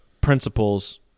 principles